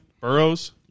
Burrows